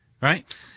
right